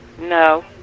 No